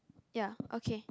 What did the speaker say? ya okay